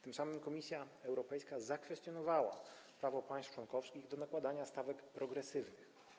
Tym samym Komisja Europejska zakwestionowała prawo państw członkowskich do nakładania stawek progresywnych.